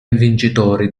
vincitori